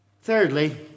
Thirdly